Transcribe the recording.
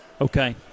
Okay